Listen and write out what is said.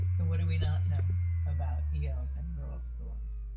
but what do we not know about yeah els in rural schools?